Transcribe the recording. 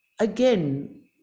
again